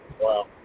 Wow